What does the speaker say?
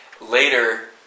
later